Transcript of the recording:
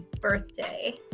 birthday